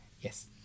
Yes